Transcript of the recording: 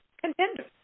Contenders